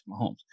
Mahomes